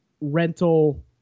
rental